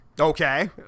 Okay